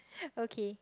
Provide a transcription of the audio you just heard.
okay